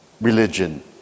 religion